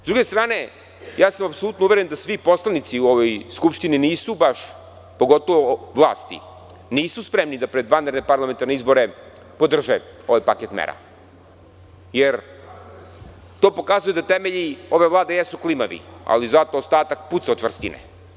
Sa druge strane, apsolutno sam uveren da svi poslanici u ovoj skupštini nisu baš, pogotovo vlasti, spremni da pred vanredne parlamentarne izbore podrže ovaj paket mera, jer to pokazuje da temelji ove Vlade jesu klimavi, ali zato ostatak puca od čvrstine.